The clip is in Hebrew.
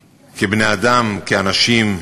כבני-אדם, כאנשים,